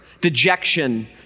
dejection